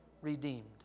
redeemed